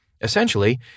Essentially